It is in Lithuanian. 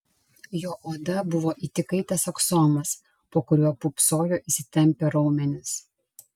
jo oda buvo it įkaitęs aksomas po kuriuo pūpsojo įsitempę raumenys